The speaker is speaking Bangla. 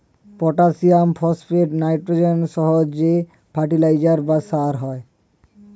পটাসিয়াম, ফসফেট, নাইট্রোজেন সহ যে ফার্টিলাইজার বা সার হয়